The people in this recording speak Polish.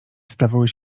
stawały